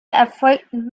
erfolgten